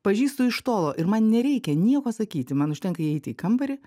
pažįstu iš tolo ir man nereikia nieko sakyti man užtenka įeiti į kambarį